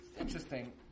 Interesting